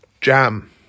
Jam